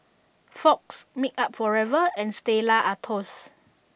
Fox Makeup Forever and Stella Artois